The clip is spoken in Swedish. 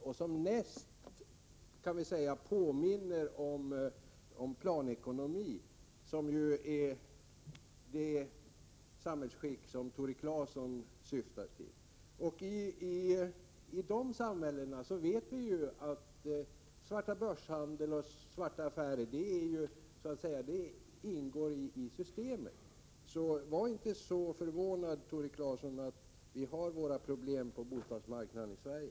Det är den del som mest påminner om planekonomi, som ju är det samhällsskick som Tore Claeson förordar. I de samhällena ingår svartabörshandel och svarta affärer i systemet. Så var inte så förvånad, Tore Claeson, att vi har våra problem på bostadsmarknaden i Sverige!